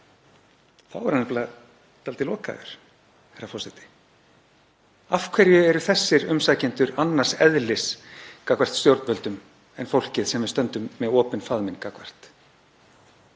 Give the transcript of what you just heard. Þá er hann nefnilega dálítið lokaður, herra forseti. Af hverju eru þessir umsækjendur annars eðlis gagnvart stjórnvöldum en fólkið sem við stöndum með opinn faðminn gagnvart?